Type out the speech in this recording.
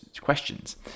questions